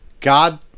God